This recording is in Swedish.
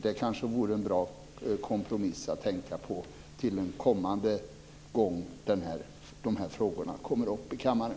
Det kanske vore en bra kompromiss att tänka på till en kommande gång då de här frågorna kommer upp i kammaren.